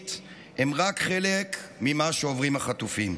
ונפשית הם רק חלק ממה שעוברים החטופים.